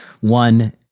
one